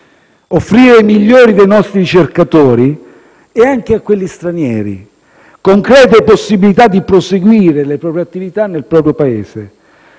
offrendo ai migliori dei nostri ricercatori, e anche a quelli stranieri, concrete possibilità di proseguire le proprie attività nel nostro Paese,